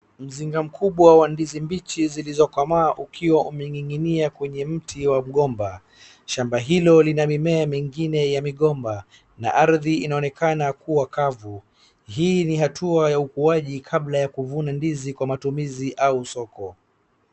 Mzinga mkubwa wa ndizi mbichi zilizokomaa ukiwa umeninginia kwenye mti wa mgomba, shamba hilo lina mimea mingine ya migomba na ardhi inaonekana kuwa kavu. Hii ni hatua ya ukuaji kabla ya kuvuna ndizi kwa matumizi au soko.